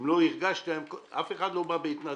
אם לא הרגשתם, אף אחד לא בא בהתנדבות.